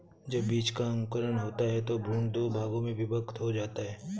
जब बीज का अंकुरण होता है तो भ्रूण दो भागों में विभक्त हो जाता है